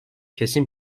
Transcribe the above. kesin